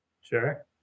Sure